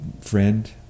friend